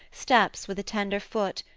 steps with a tender foot,